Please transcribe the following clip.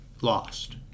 lost